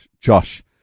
Josh